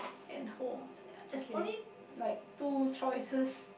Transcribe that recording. and home there's only like two choices